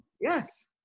Yes